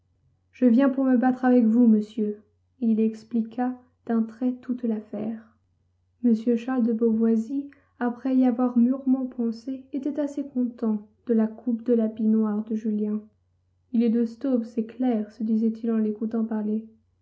je viens pour me battre avec vous monsieur et il expliqua d'un trait toute l'affaire m charles de beauvoisis après y avoir mûrement pensé était assez content de la coupe de l'habit noir de julien il est de staub c'est clair se disait-il en l'écoutant parler